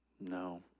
no